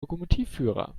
lokomotivführer